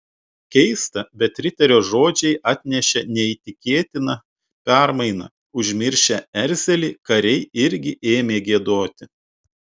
keista bet riterio žodžiai atnešė neįtikėtiną permainą užmiršę erzelį kariai irgi ėmė giedoti